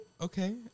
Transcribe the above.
okay